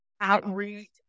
Outreach